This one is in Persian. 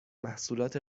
محصولات